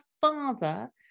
father